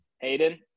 Hayden